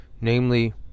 namely